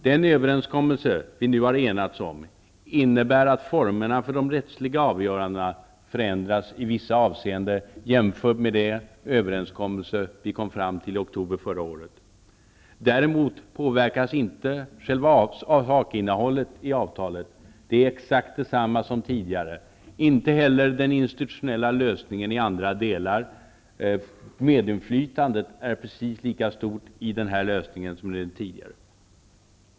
Den överenskommelse som vi nu har enats om innebär att formerna för de rättsliga avgörandena förändras i vissa avseenden jämfört med de överenskommelser som vi kom fram till i oktober förra året. Däremot påverkas inte själva sakinnehållet i avtalet. Det är exakt detsamma som tidigare. Inte heller påverkas den institutionella lösningen i andra delar. Medinflytandet är precis lika stort i denna lösning som i den tidigare.